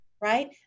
right